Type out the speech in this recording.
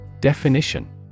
Definition